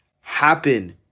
happen